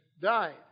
died